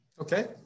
Okay